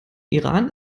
iran